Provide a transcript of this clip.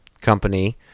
company